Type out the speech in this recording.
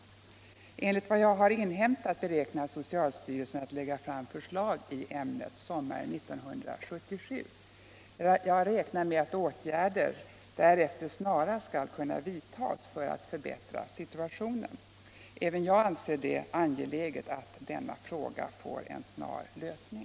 Enligt vad jag har inhämtat beräknar socialstyrelsen att lägga fram förslag i ämnet sommaren 1977. Jag räknar med att åtgärder därefter snarast skall kunna vidtas för att förbättra situationen. Även jag anser det angeläget att denna fråga får en snar lösning.